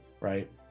right